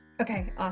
Okay